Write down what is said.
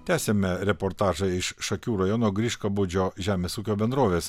tęsiame reportažą iš šakių rajono griškabūdžio žemės ūkio bendrovės